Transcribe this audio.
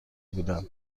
بودند